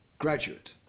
graduate